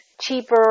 cheaper